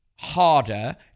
harder